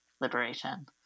liberation